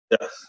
yes